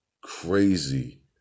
crazy